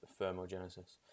thermogenesis